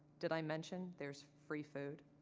did i mention there's free food?